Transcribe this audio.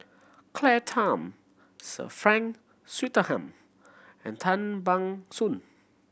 Claire Tham Sir Frank Swettenham and Tan Ban Soon